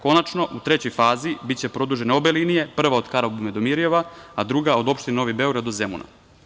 Konačno, u trećoj fazi biće produžene obe linije, prva od Karaburme do Mirijeva, a druga od opštine Novi Beograd do Zemuna.